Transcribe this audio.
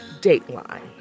Dateline